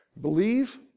Believe